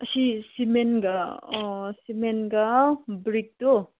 ꯑꯁꯤ ꯁꯤꯃꯦꯟꯒ ꯁꯤꯃꯦꯟꯒ ꯕ꯭ꯔꯤꯛꯇꯨ